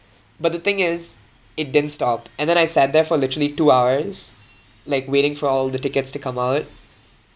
but the thing is it didn't stop and then I sat there for literally two hours like waiting for all the tickets to come out